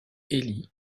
heli